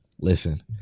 Listen